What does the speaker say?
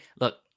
look